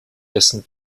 dessen